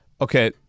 Okay